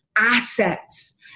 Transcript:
Assets